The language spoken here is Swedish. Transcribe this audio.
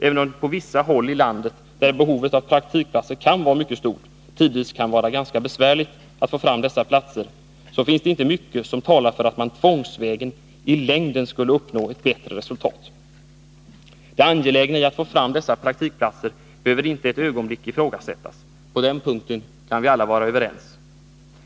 Även om det på vissa håll i landet, där behovet av praktikplatser kan vara mycket stort, tidvis kan vara ganska besvärligt att få fram dessa platser, finns det inte mycket som talar för att man tvångsvägen i längden skulle uppnå ett bättre resultat. Det angelägna i att få fram dessa praktikplatser behöver inte ett ögonblick ifrågasättas. På den punkten kan vi alla vara överens.